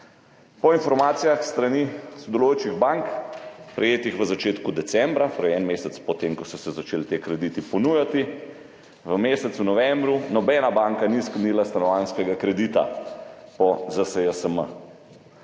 Po informacijah s strani sodelujočih bank, prejetih v začetku decembra, torej en mesec po tem, ko so se začeli ti krediti ponujati, v mesecu novembru nobena banka ni sklenila stanovanjskega kredita po ZSJSM.